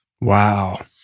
Wow